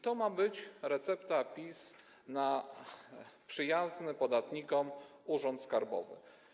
To ma być recepta PiS na przyjazny podatnikom urząd skarbowy.